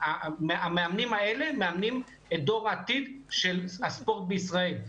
המאמנים האלה מאמנים את דור העתיד של הספורט בישראל.